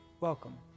Welcome